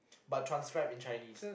but transcribed in Chinese